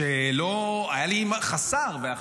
היה לי חסך.